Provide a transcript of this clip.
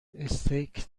استیک